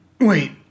Wait